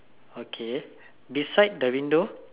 okay beside the window